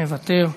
מוותר.